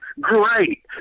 Great